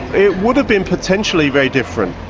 it would have been potentially very different